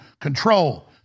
control